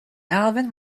alvin